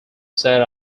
set